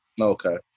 Okay